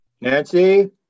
Nancy